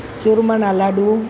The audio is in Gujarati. ચૂરમાના લાડુ